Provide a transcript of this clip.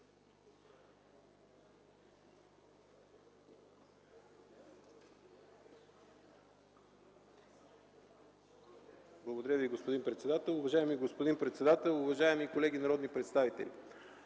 Уважаеми господин председател, уважаеми колеги народни представители!